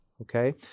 okay